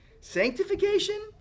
Sanctification